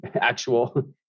actual